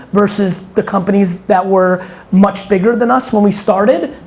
versus the companies that were much bigger than us when we started.